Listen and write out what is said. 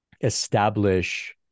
establish